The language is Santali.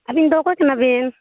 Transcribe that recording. ᱟᱹᱵᱤᱱ ᱫᱚ ᱚᱠᱚᱭ ᱠᱟᱱᱟᱵᱤᱱ